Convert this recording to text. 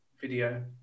video